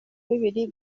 bibiri